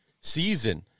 season